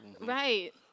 Right